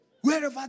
Wherever